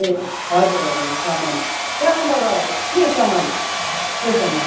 ए हजुर हजुर सामान कहाँबाट के सामान के सामान